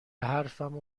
حرفمو